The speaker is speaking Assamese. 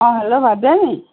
অঁ হেল্ল' ভাইটী দাই নি